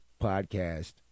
podcast